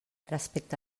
respecte